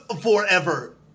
forever